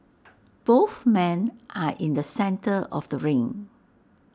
both men are in the centre of the ring